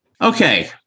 Okay